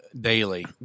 Daily